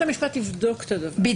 הפוך.